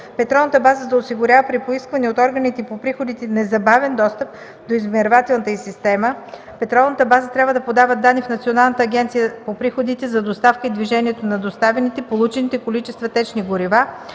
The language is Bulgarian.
петролната база да осигурява при поискване от органите по приходите незабавен достъп до измервателната й система; петролната база трябва да подава данни в Националната агенция по приходите за доставката и движението на доставените/получените количества течни горива,